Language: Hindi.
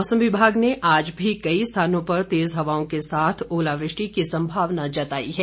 मौसम विभाग ने आज भी कई स्थानों पर तेज हवाओं के साथ ओलावृष्टि की संभावना जताई है